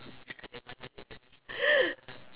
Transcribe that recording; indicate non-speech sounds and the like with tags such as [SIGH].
[LAUGHS]